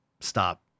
stop